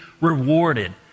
rewarded